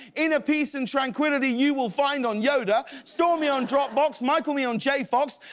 inner peace and tranquility you will find on yoda. store me on dropbox. michael me on j. fox.